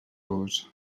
gos